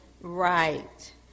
Right